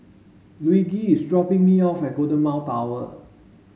Luigi is dropping me off at Golden Mile Tower